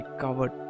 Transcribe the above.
covered